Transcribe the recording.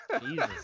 jesus